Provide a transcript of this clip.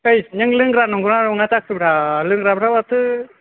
है नों लोंग्रा नंगौना नङा जाखोब्रा लोंग्राफ्रा माथो